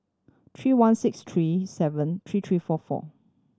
three one six three seven three three four four